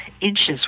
inches